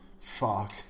Fuck